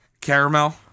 caramel